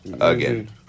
Again